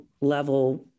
level